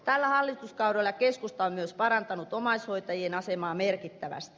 tällä hallituskaudella keskusta on myös parantanut omaishoitajien asemaa merkittävästi